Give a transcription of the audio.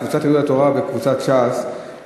קבוצת סיעת יהדות התורה וקבוצת סיעת ש"ס,